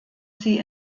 sie